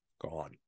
Gone